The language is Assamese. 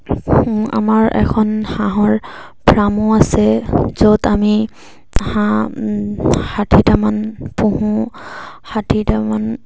আমাৰ এখন হাঁহৰ ফাৰ্মো আছে য'ত আমি হাঁহ ষাঠিটামান পুহোঁ ষাঠিটামান